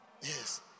Yes